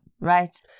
right